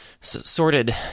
sorted